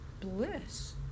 bliss